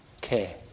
care